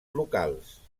locals